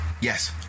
Yes